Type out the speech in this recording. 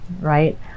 right